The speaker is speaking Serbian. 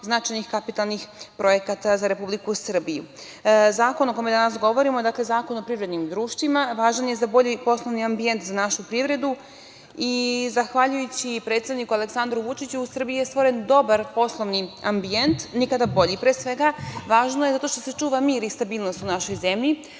značajnih kapitalnih projekata za Republiku Srbiju. Zakon o kome danas govorimo, dakle Zakon o privrednim društvima, važan je za bolji poslovni ambijent, za našu privredu i zahvaljujući predsedniku Aleksandru Vučiću u Srbiji je stvoren dobar poslovni ambijent, nikada bolji. Pre svega, važno je zato što se čuva mir i stabilnost u našoj zemlji.